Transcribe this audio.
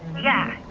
yeah.